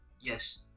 Yes